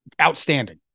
outstanding